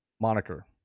moniker